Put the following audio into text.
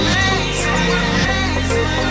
amazing